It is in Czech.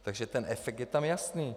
Takže ten efekt je tam jasný.